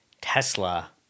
tesla